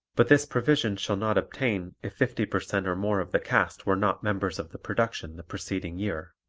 but this provision shall not obtain if fifty per cent or more of the cast were not members of the production the preceding year.